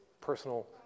personal